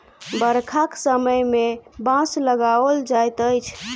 बरखाक समय मे बाँस लगाओल जाइत अछि